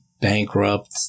bankrupt